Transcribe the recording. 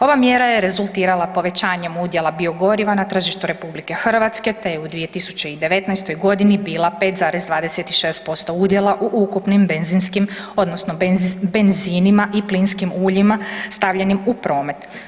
Ova mjera je rezultirala povećanjem udjela biogoriva na tržištu RH te je u 2019. g. bila 5,26% udjela u ukupnim benzinskim odnosno benzinima i plinskim uljima stavljenim u promet.